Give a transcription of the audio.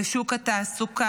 בשוק התעסוקה.